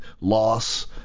loss